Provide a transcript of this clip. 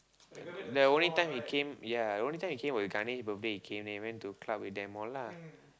the only time he came ya the only time he came was Ganesh birthday he came then he went to club with them all lah